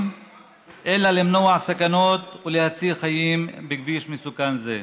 אלא למנוע סכנות ולהציל חיים בכביש מסוכן זה.